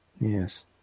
Yes